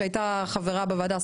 שהייתה חברה בוועדה,